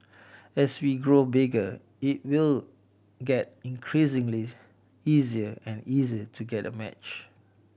as we grow bigger it will get increasingly easier and easier to get a match